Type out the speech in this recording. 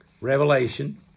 Revelation